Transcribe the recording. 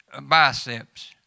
biceps